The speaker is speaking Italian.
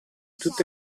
tutte